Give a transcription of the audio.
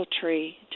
tree